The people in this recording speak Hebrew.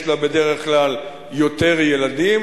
יש לה בדרך כלל יותר ילדים,